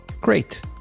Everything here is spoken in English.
great